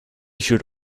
should